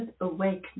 awakening